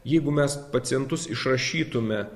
jeigu mes pacientus išrašytume